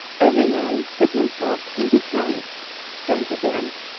every man put himself into triumph some to dance,